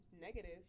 negative